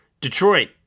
Detroit